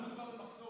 לא מדובר במחסור.